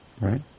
Right